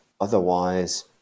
Otherwise